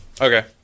Okay